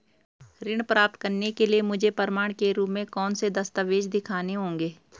ऋण प्राप्त करने के लिए मुझे प्रमाण के रूप में कौन से दस्तावेज़ दिखाने होंगे?